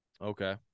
okay